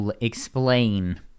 explain